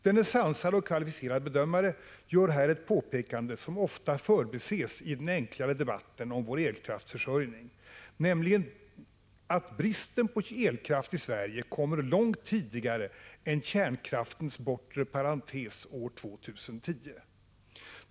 Denne sansade kvalificerade bedömare gör här ett påpekande som ofta förbises i den enklare debatten om vår elkraftsförsörjning, nämligen att bristen på elkraft i Sverige kommer långt tidigare än ”kärnkraftens bortre parentes” år 2010.